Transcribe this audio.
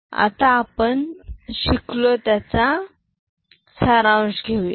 आपण आत्ता शिकलो त्याचा सरांश घेऊया